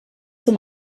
zum